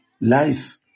Life